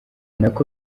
nako